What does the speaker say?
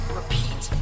repeat